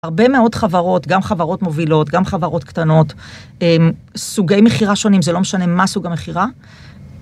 הרבה מאוד חברות, גם חברות מובילות, גם חברות קטנות, סוגי מכירה שונים, זה לא משנה מה סוג המכירה.